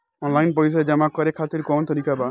Online पइसा जमा करे खातिर कवन तरीका बा?